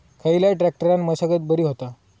खयल्या ट्रॅक्टरान मशागत बरी होता?